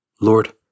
Lord